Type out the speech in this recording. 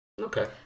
Okay